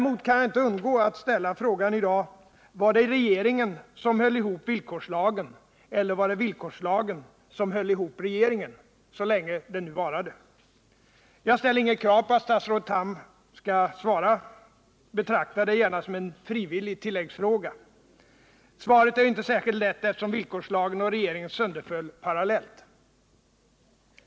Men jag kan inte underlåta att i dag ställa frågan: Var det regeringen som höll ihop villkorslagen eller var det villkorslagen som höll ihop regeringen —så länge det nu varade? Jag ställer inget krav på att statrådet Tham skall svara på detta. Betrakta det gärna som en frivillig tilläggsfråga. Svaret är ju inte heller särskilt lätt att ge, eftersom villkorslagen och regeringen sönderföll parallellt.